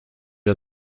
are